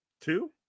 two